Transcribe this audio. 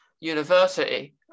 university